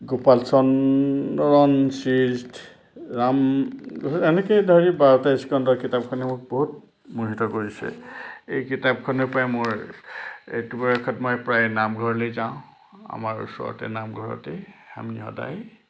গোপালচন্দন শ্ৰী ৰাম এনেকৈয়ে ধৰি ভাগৱত স্কন্ধ কিতাপখনে মোক বহুত মোহিত কৰিছে এই কিতাপখনেই প্ৰায় মোৰ এইটো বয়সত মই প্ৰায় নামঘৰলৈ যাওঁ আমাৰ ওচৰতে নামঘৰতে আমি সদায়